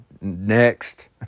Next